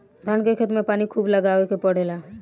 धान के खेत में पानी खुब लगावे के पड़ेला